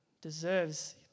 deserves